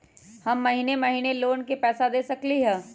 हम महिने महिने लोन के पैसा दे सकली ह?